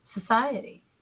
society